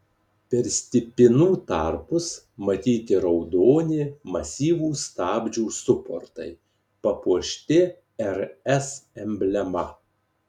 per stipinų tarpus matyti raudoni masyvūs stabdžių suportai papuošti rs emblema